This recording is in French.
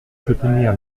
soutenir